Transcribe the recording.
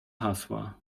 hasła